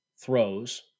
throws